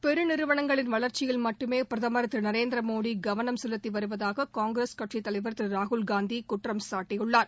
பெரு நிறுவனங்களின் வளர்ச்சியில் மட்டுமே பிரதம் திரு நரேந்திர மோடி கவனம் செலுத்தி வருவதாக காங்கிரஸ் கட்சித் தலைவர் திரு ராகுல் காந்தி குற்றம்சாட்டியுள்ளார்